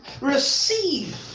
Receive